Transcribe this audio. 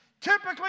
Typically